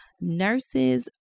Nurses